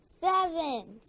seven